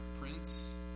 prince